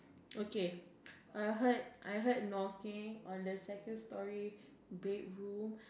okay I heard I heard knocking on the second storey bedroom